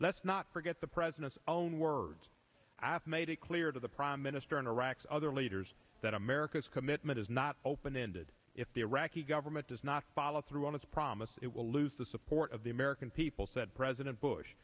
let's not forget the president's own words i've made it clear to the prime minister and iraq's other leaders that america's commitment is not open ended if the iraqi government does not follow through on its promise it will lose the support of the american people said president bush